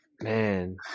Man